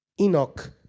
Enoch